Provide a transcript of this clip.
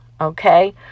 okay